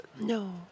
No